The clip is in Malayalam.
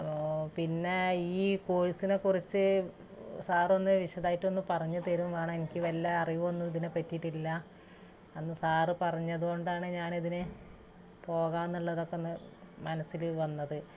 അപ്പോൾ പിന്നെ ഈ കോഴ്സിനെക്കുറിച്ച് സാറൊന്നു വിശദമായിട്ടൊന്നു പറഞ്ഞു തരികയും വേണം എനിക്ക് വല്ല അറിവൊന്നും ഇതിനെ പറ്റിയിട്ടില്ല അന്ന് സാർ പറഞ്ഞതു കൊണ്ടാണ് ഞനിതിന് പോകാനുള്ളതൊക്കെയൊന്നു മനസ്സിൽ വന്നത്